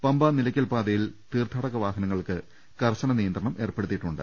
പമ്പാ നിലയ്ക്കൽ പാതയിൽ തീർത്ഥാടക വാഹനങ്ങൾക്ക് കർശന നിയ ന്ത്രണം ഏർപ്പെടുത്തിയിട്ടുണ്ട്